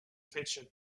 pitcher